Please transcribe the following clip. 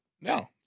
No